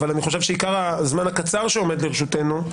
אבל אני חושב שעיקר הזמן הקצר שעומד לרשותנו,